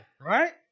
right